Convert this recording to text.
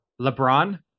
LeBron